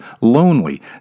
lonely